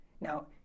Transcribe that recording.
Now